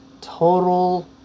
total